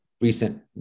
recent